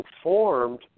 informed